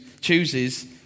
chooses